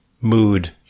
mood